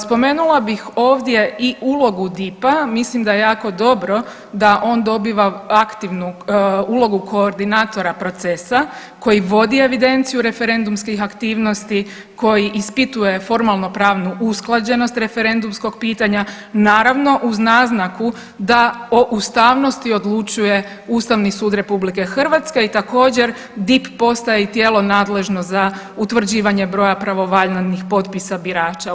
Spomenula bih ovdje i ulogu DIP-a, mislim da je jako dobro da on dobiva aktivnu ulogu koordinatora procesa koji vodi evidenciju referendumskih aktivnosti, koji ispituje formalno pravnu usklađenost referendumskog pitanja, naravno uz naznaku da o ustavnosti odlučuje Ustavni sud RH i također DIP postaje i tijelo nadležno za utvrđivanje broja pravovaljanih potpisa birača.